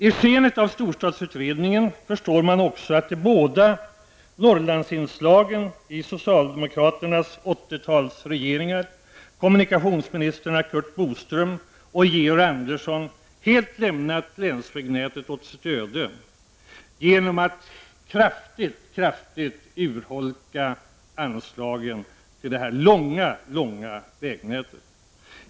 I skenet av storstadsutredningen förstår man också att de båda Norrlandsinslagen i socialdemokraternas 80-talsregeringar — kommunikationsministrarna Curt Boström och Georg Andersson — lämnat länsvägnätet helt åt sitt öde genom att mycket kraftigt urholka anslagen till det långa vägnätet.